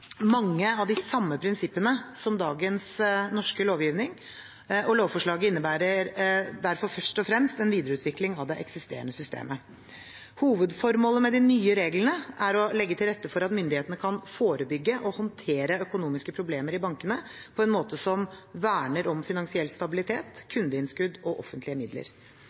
mange av de samme prinsippene som dagens norske lovgivning, og lovforslaget innebærer derfor først og fremst en videreutvikling av det eksisterende systemet. Hovedformålet med de nye reglene er å legge til rette for at myndighetene kan forebygge og håndtere økonomiske problemer i bankene på en måte som verner om finansiell stabilitet, kundeinnskudd og offentlige midler.